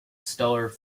stellar